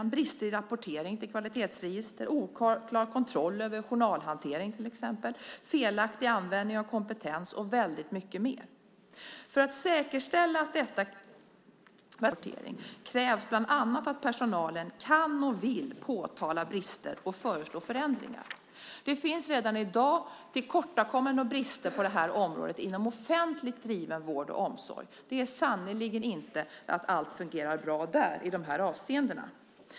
Det handlar om brister i rapportering till kvalitetsregister, oklar kontroll över journalhantering till exempel, felaktig användning av kompetens och väldigt mycket mer. För att säkerställa att man får en sådan öppen rapportering krävs bland annat att personalen kan och vill påtala brister och föreslå förändringar. Det finns redan i dag tillkortakommanden och brister på det här området inom offentligt driven vård och omsorg. Det är sannerligen inte så att allt fungerar bra där i de här avseendena.